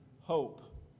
hope